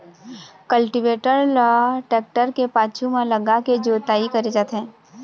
cultivator ल tractor के पाछू म लगाके जोतई करे जाथे